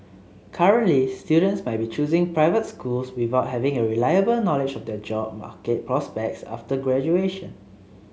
currently students might be choosing private schools without having a reliable knowledge of their job market prospects after graduation